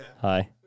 Hi